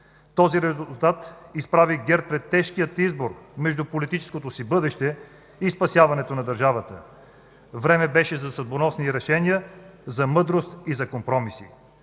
Този резултат изправи ГЕРБ пред тежкия избор между политическото си бъдеще и спасяването на държавата. Време беше за съдбоносни решения, за мъдрост и за компромиси.